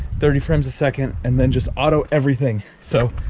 thirty frames a second and then just auto everything. so,